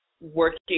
working